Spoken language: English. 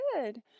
good